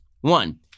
One